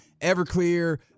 Everclear